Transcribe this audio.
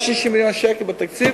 יש 60 מיליון שקל בתקציב,